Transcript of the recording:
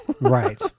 Right